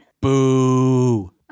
Boo